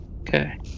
Okay